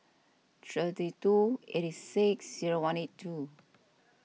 two eight six zero one eight two